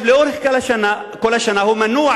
לאורך כל השנה הוא מנוע,